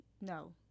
no